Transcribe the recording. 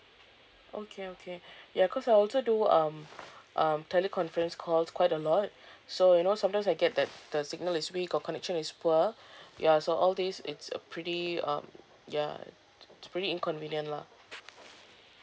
okay okay ya cause I also do um um teleconference calls quite a lot so you know sometimes I get that the signal is weak or connection is poor ya so all days it's a pretty um yeah it's pretty inconvenient lah